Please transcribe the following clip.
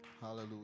Hallelujah